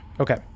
Okay